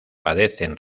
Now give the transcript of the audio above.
padecen